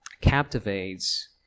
captivates